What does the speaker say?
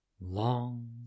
long